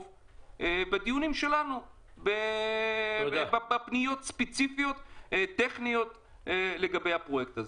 בדיונים שלנו אחרי פניות ספציפיות טכניות בפרויקט הזה.